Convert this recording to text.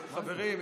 חברים,